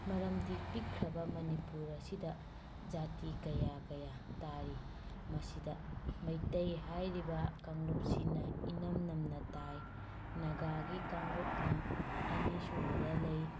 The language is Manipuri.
ꯃꯔꯝꯗꯤ ꯄꯤꯛꯈ꯭ꯔꯕ ꯃꯅꯤꯄꯨꯔ ꯑꯁꯤꯗ ꯖꯥꯇꯤ ꯀꯌꯥ ꯀꯌꯥ ꯇꯥꯔꯤ ꯃꯁꯤꯗ ꯃꯩꯇꯩ ꯍꯥꯏꯔꯤꯕ ꯀꯥꯡꯂꯨꯞꯁꯤꯅ ꯏꯟꯝ ꯅꯝꯅ ꯇꯥꯏ ꯅꯒꯥꯒꯤ ꯀꯥꯡꯂꯨꯞꯅ ꯑꯅꯤ ꯁꯨꯕꯗ ꯂꯩ